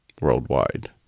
worldwide